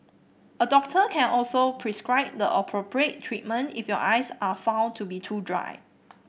a doctor can also prescribe the appropriate treatment if your eyes are found to be too dry